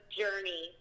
journey